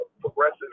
progressive